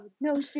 no